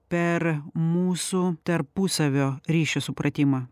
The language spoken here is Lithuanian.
per mūsų tarpusavio ryšio supratimą